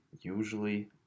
usually